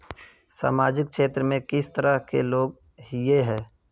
सामाजिक क्षेत्र में किस तरह के लोग हिये है?